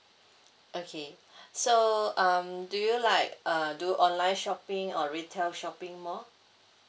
okay so um do you like uh do online shopping or retail shopping more